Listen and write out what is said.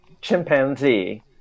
chimpanzee